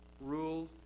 Rule